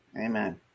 Amen